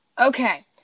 okay